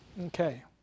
Okay